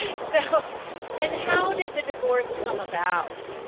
ah so and how did the divorce come about?